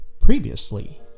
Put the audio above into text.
Previously